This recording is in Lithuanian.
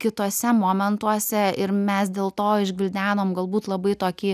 kituose momentuose ir mes dėl to išgvildenom galbūt labai tokį